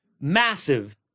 massive